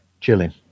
chilling